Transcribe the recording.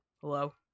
Hello